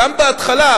גם בהתחלה,